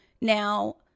Now